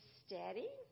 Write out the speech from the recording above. steady